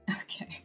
okay